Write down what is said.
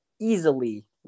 easily